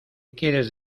quieres